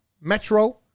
Metro